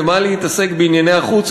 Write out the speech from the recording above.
במה להתעסק בענייני החוץ,